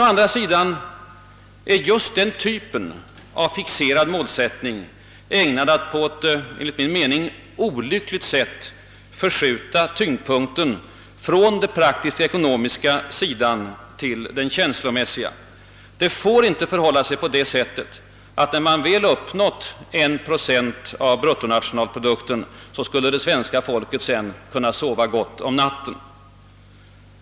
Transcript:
Å andra sidan är just den typen av fixerad målsättning ägnad att på ett enligt min mening olyckligt sätt förskjuta tyngdpunkten från den praktiskt ekonomiska sidan till den känslomässiga. Det får inte förhålla sig på det, sättet att, när vi väl har uppnått 1 procent av bruttonationalprodukten, svenska folket sedan kan sova gott om natten.